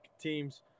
teams